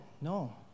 No